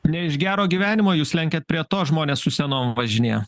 ne iš gero gyvenimo jūs lenkiat prie to žmones su senom važinėja